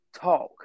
talk